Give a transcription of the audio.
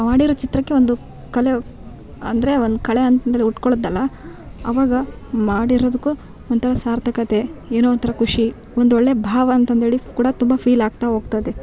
ಮಾಡಿರೋ ಚಿತ್ರಕ್ಕೆ ಒಂದು ಕಲೆ ಅಂದರೆ ಒಂದು ಖಳೆ ಅಂದರೆ ಹುಟ್ಕೊಳ್ಳುತ್ತಲ್ಲ ಅವಾಗ ಮಾಡಿರೋದಕ್ಕೂ ಒಂಥರ ಸಾರ್ಥಕತೆ ಏನೋ ಒಂಥರ ಖುಷಿ ಒಂದು ಒಳ್ಳೆಯ ಭಾವ ಅಂತಂದು ಹೇಳಿ ಕೂಡ ತುಂಬ ಫೀಲ್ ಆಗ್ತಾ ಹೋಗ್ತದೆ